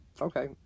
Okay